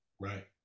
Right